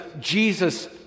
Jesus